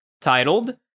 titled